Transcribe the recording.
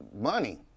money